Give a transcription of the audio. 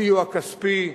סיוע כספי,